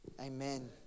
Amen